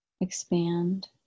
expand